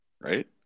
Right